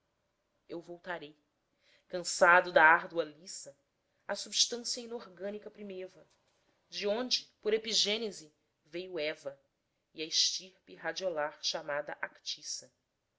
eu voltarei cansado da árdua liça à substância inorgânica primeva de onde por epigênese veio eva e a stirpe radiolar chamada actissa